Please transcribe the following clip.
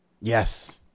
Yes